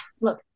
look